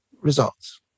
results